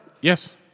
Yes